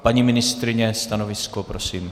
Paní ministryně, stanovisko prosím.